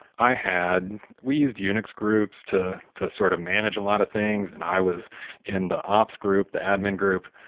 i had we used unix groups to to sort of manage a lot of things and i was in the ops group, the admin group,